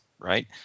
Right